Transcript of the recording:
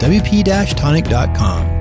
wp-tonic.com